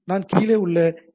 நாம் கீழே உள்ள எஸ்